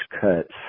cuts